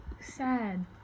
sad